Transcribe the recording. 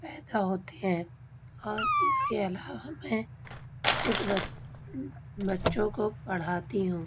پیدا ہوتے ہیں اور اس کے علاوہ میں کچھ بچوں کو پڑھاتی ہوں